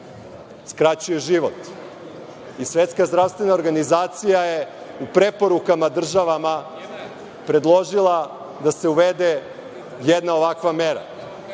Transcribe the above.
skraćuje život. I Svetska zdravstvena organizacija je u preporukama državama predložila da se uvede jedna ovakva mera.